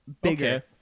bigger